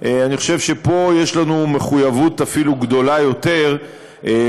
אני חושב שפה יש לנו אפילו מחויבות גדולה יותר להשקיע,